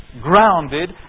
Grounded